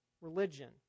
religion